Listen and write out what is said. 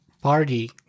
party